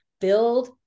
build